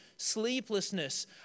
sleeplessness